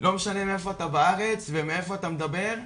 לא משנה מאיפה אתה בארץ ומאיפה אתה מדבר,